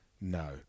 no